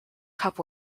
cup